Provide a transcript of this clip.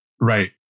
Right